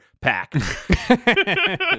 Pack